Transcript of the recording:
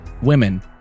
women